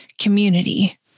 community